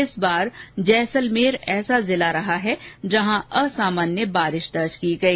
इस बार जैसलमेर ऐसा जिला रहा जहां असामान्य बारिश दर्ज की गई